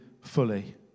fully